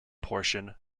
portion